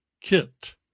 kit